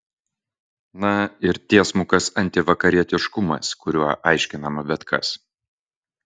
na ir tiesmukas antivakarietiškumas kuriuo aiškinama bet kas